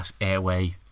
airway